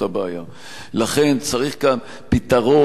לכן צריך כאן פתרון אמיתי,